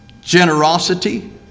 generosity